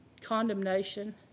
Condemnation